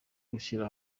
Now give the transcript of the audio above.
gushyira